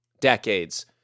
decades